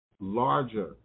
larger